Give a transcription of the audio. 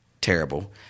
terrible